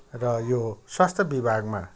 र यो स्वास्थ्य विभागमा